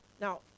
Now